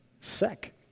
sick